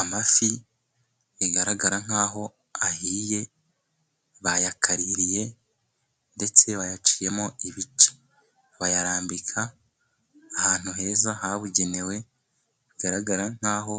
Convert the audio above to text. Amafi bigaragara nkaho ahiye, bayakaririye ndetse bayaciyemo ibice, bayarambika ahantu heza habugenewe, bigaragara nkaho